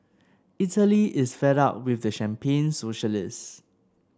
Italy is fed up with champagne socialists